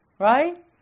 Right